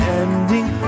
ending